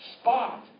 spot